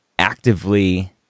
actively